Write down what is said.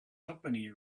company